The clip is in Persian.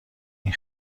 این